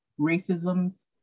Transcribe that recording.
racisms